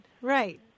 right